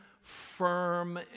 Firm